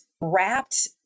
wrapped